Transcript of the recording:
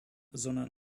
sondern